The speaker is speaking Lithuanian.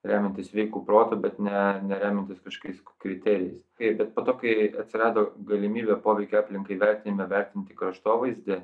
remiantis sveiku protu bet ne ne remiantis kažkokiais kriterijais taip bet po to kai atsirado galimybė poveikio aplinkai vertinime vertinti kraštovaizdį